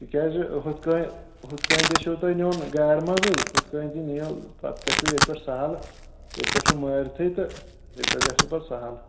تِکیٛازِ یِتھٕ کٔنۍ یِتھٕ کٔنۍ تہِ چھُ تۄہہِ نیُن گاڑِ منٛزٕے یِتھٕ کٔنۍ نِیِو پَتہٕ گژھِوٕ ییٚتہِ پیٚٹھ سَہَل ییٚتہِ پیٚٹھ چھُ مٲرۍتھٕے تہٕ ییٚتہِ پیٚٹھ گژھِوٕ پَتہٕ سَہَل